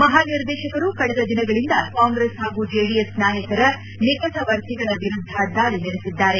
ಮಹಾ ನಿರ್ದೇಶಕರು ಕಳೆದ ದಿನಗಳಂದ ಕಾಂಗ್ರೆಸ್ ಹಾಗೂ ಜೆಡಿಎಸ್ ನಾಯಕರ ನಿಕಟವರ್ತಿಗಳ ವಿರುದ್ಧ ದಾಳಿ ನಡೆಸಿದ್ದಾರೆ